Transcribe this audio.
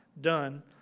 done